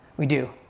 we do.